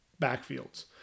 backfields